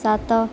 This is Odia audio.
ସାତ